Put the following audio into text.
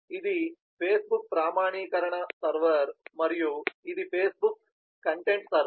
ఇది ఫేస్బుక్ ప్రామాణీకరణ సర్వర్ మరియు ఇది ఫేస్బుక్ కంటెంట్ సర్వర్